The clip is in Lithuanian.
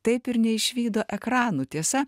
taip ir neišvydo ekranų tiesa